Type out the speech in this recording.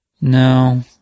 No